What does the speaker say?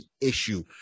issue